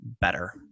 better